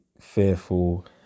fearful